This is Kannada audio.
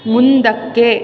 ಮುಂದಕ್ಕೆ